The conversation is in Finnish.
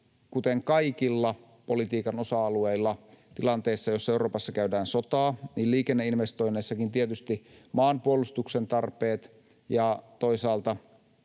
kuten kaikilla politiikan osa-alueilla tilanteessa, jossa Euroopassa käydään sotaa, liikenneinvestoinneissakin tietysti maanpuolustuksen tarpeet ja toisaalta